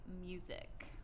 music